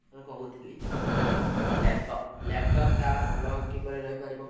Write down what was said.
କହୁଥିଲି ଲ୍ୟାପ୍ଟପ୍ ଲ୍ୟାପ୍ଟପ୍ଟା ଭଲ କିପରି ରହିପାରିବ